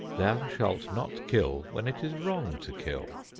thou shalt not kill when it is wrong to kill,